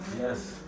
yes